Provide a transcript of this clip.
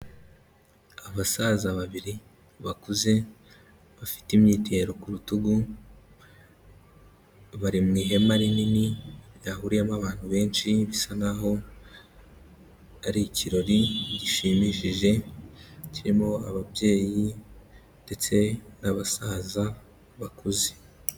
Abasaza babiri bakuze bafite imyitero ku rutugu, bari mu ihema rinini ryahuriyemo abantu benshi bisa naho ari ikirori gishimishije, kirimo ababyeyi ndetse n'abasaza bakuze.